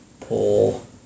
pull